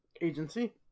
agency